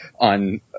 on